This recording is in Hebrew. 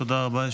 תודה רבה.